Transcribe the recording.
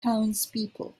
townspeople